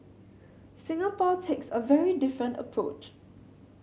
Singapore takes a very different approach